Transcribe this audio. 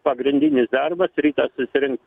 pagrindinis darbas ryte susirinkt